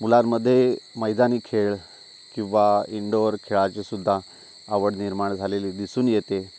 मुलांमध्ये मैदानी खेळ किंवा इंडोअर खेळाचे सुद्धा आवड निर्माण झालेली दिसून येते